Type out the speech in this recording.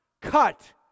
cut